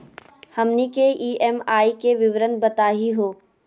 हमनी के ई.एम.आई के विवरण बताही हो?